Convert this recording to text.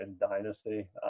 Dynasty